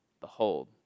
Behold